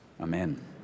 amen